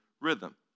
rhythm